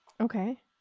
Okay